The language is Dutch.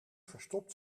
verstopt